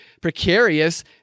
precarious